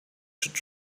should